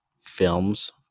films